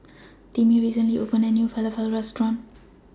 Timmie recently opened A New Falafel Restaurant